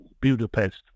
Budapest